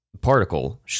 particle